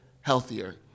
healthier